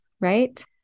right